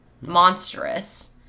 monstrous